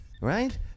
right